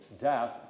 death